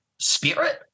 spirit